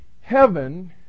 heaven